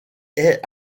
est